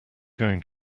going